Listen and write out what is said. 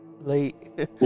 Late